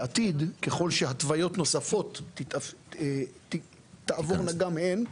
בעתיד, ככל שהתוויות נוספות תעבורנה גם הן,